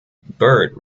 byrd